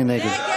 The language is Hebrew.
מי נגד?